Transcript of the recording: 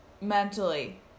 mentally